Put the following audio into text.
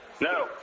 No